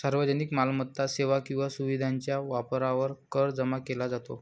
सार्वजनिक मालमत्ता, सेवा किंवा सुविधेच्या वापरावर कर जमा केला जातो